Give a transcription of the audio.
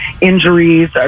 injuries